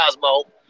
Cosmo